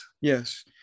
Yes